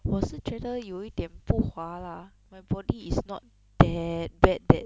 我是觉得有一点不划啦 my body is not that bad that